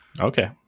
Okay